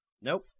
Nope